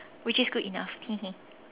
which is good enough